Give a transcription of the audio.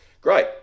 Great